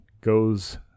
goes